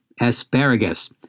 asparagus